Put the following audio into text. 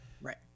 Right